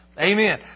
Amen